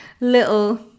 little